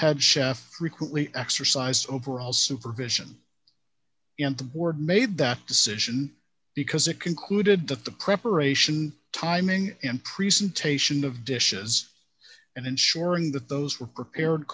head chef frequently exercised overall supervision the board made that decision because it concluded that the preparation timing and presentation of dishes and ensuring that those were prepared